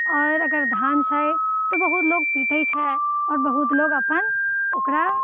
आओर अगर धान छै तऽ बहुत लोक पीटैत छै आओर बहुत लोक अपन ओकरा